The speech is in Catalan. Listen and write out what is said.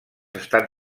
estan